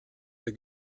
der